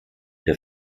der